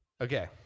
Okay